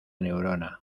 neurona